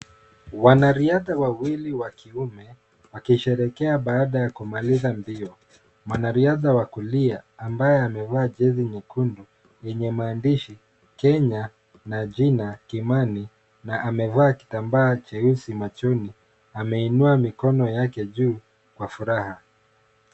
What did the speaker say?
Wanariadha wawili wa kiume wakisherehekea baada ya kumaliza mbio. Mwanariadha wa kulia ambaye amevaa jezi nyekundu yenye maandishi Kenya na jina Kimani na amevaa kitambaa cheusi machoni, ameinua mikono yake juu kwa furaha.